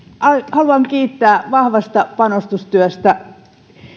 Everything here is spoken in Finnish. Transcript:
haluan kiittää vahvasta panostustyöstä